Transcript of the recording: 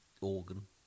organ